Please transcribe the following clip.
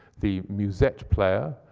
the musette player.